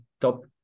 top